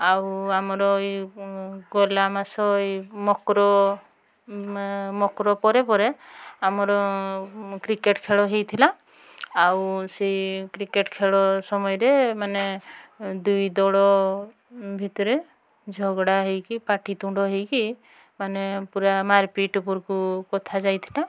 ଆଉ ଆମର ଏଇ ଗଲା ମାସ ଏ ମକର ମକର ପରେ ପରେ ଆମର କ୍ରିକେଟ୍ ଖେଳ ହୋଇଥିଲା ଆଉ ସିଏ କ୍ରିକେଟ୍ ଖେଳ ସମୟରେ ମାନେ ଦୁଇ ଦଳ ଭିତରେ ଝଗଡ଼ା ହୋଇକି ପାଟିତୁଣ୍ଡ ହୋଇକି ମାନେ ପୁରା ମାର ପିଟ ଉପରକୁ କଥା ଯାଇଥିଲା